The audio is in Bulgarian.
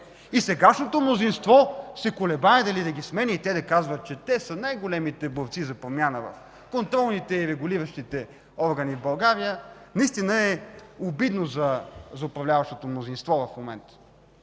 И сегашното мнозинство се колебае дали да ги сменя! А те да казват, че са най-големите борци за промяна в контролните и регулиращите органи в България, наистина е обидно за управляващото мнозинство в момента.